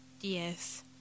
yes